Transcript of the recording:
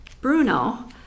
Bruno